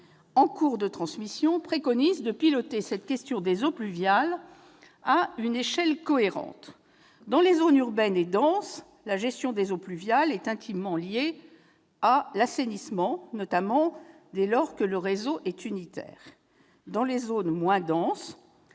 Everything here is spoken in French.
en cours de transmission, préconise de piloter cette question à une échelle cohérente. Dans les zones urbaines et denses, la gestion des eaux pluviales est intimement liée à l'assainissement, notamment dès lors que le réseau est unitaire. Dans les zones moins denses,